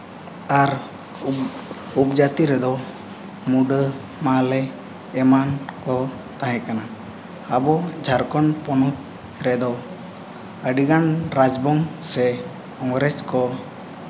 ᱟᱨ ᱩᱯ ᱩᱯᱡᱟᱹᱛᱤ ᱨᱮᱫᱚ ᱢᱩᱰᱟᱹ ᱢᱟᱦᱞᱮ ᱮᱢᱟᱱ ᱠᱚ ᱛᱟᱦᱮᱸᱠᱟᱱᱟ ᱟᱵᱚ ᱡᱷᱟᱨᱠᱷᱚᱱ ᱯᱚᱱᱚᱛ ᱨᱮᱫᱚ ᱟᱹᱰᱤᱜᱟᱱ ᱨᱟᱡᱽ ᱵᱚᱝ ᱥᱮ ᱤᱝᱨᱮᱹᱡᱽ ᱠᱚ